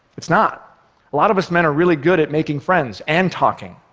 it's not. a lot of us men are really good at making friends, and talking,